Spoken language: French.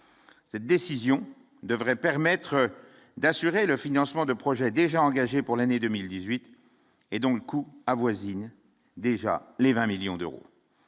cette décision devrait permettre d'assurer le financement de projets déjà engagés pour l'année 2018 et dont le coût avoisine déjà les 20 millions d'euros